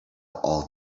all